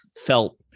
felt